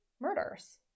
murders